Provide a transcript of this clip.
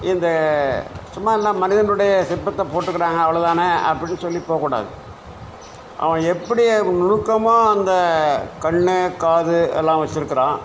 இந்த சும்மாதான் மனிதனுடைய சிற்பத்தை போட்டிருக்காங்க அவ்வளோதானே அப்படின்னு சொல்லி போகக்கூடாது அவன் எப்படி நுணுக்கமாக அந்த கண் காது எல்லாம் வச்சுருக்கிறான்